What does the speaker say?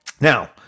Now